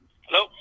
Hello